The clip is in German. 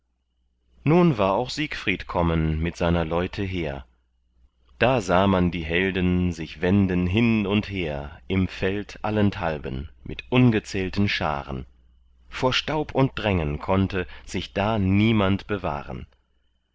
nun war auch siegfried kommen mit seiner leute heer da sah man die helden sich wenden hin und her im feld allenthalben mit ungezählten scharen vor staub und drängen konnte sich da niemand bewahren